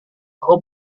aku